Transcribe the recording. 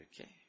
Okay